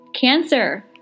Cancer